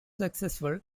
successful